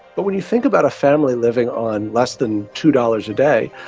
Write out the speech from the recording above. but when you think about a family living on less than two dollars a day,